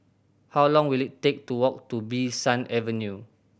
how long will it take to walk to Bee San Avenue